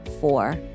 four